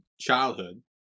childhood